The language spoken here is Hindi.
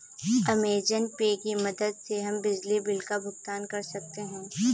अमेज़न पे की मदद से हम बिजली बिल का भुगतान कर सकते हैं